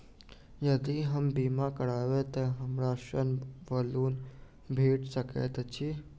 यदि हम बीमा करबै तऽ हमरा ऋण वा लोन भेट सकैत अछि?